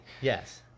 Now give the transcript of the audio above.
Yes